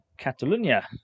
Catalunya